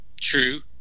True